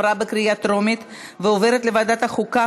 עברה בקריאה טרומית ועוברת לוועדת החוקה,